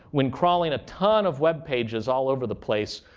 when crawling a ton of web pages all over the place,